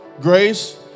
Grace